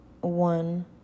one